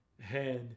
hand